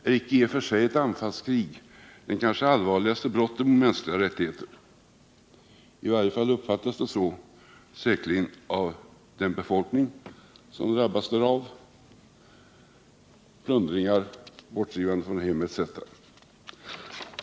Är icke i och för sig ett anfallskrig det kanske allvarligaste brottet mot mänskliga rättigheter? I varje fall uppfattas det säkerligen så av den befolkning som drabbas därav, med åtföljande plundringar, bortdrivande från hem etc.